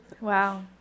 Wow